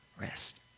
rest